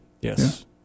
yes